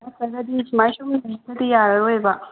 ꯅꯠꯇ꯭ꯔꯒꯗꯤ ꯁꯨꯃꯥꯏ ꯁꯨꯝ ꯂꯩꯔꯒꯗꯤ ꯌꯥꯔꯔꯣꯏꯕ